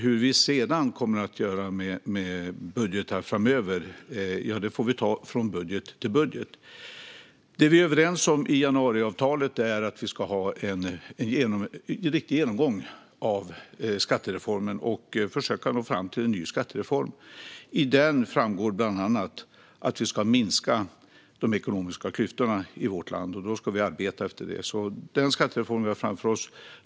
Hur vi sedan kommer att göra med budgetar framöver får vi ta från budget till budget. Det vi är överens om i januariavtalet är att vi ska ha en riktig genomgång av skattesystemet och försöka nå fram till en ny skattereform. Av avtalet framgår bland annat att vi ska minska de ekonomiska klyftorna i vårt land, och då ska vi arbeta efter det.